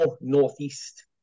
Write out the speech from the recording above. northeast